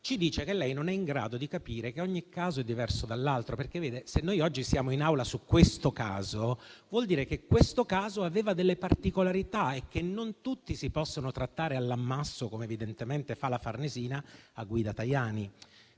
ci dice che non è in grado di capire che ogni caso è diverso dall'altro. Vede, signor Ministro, se oggi siamo in Aula su questo caso, vuol dire che questo caso presenta delle particolarità e che non tutti i casi si possono trattare all'ammasso, come evidentemente fa la Farnesina a guida Tajani.